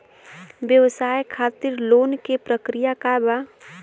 व्यवसाय खातीर लोन के प्रक्रिया का बा?